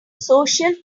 social